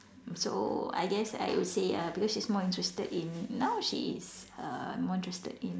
so I guess I would say uh because she's more interested in now she is err more interested in